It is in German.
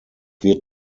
wird